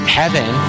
heaven